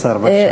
מרכיבים אחרים,